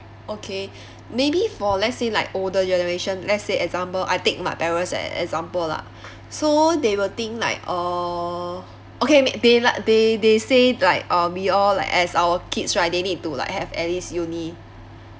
okay maybe for let's say like older generation let's say example I take my parents as example lah so they will think like uh okay they like they they say like uh we all like as our kids right they need to like have at least uni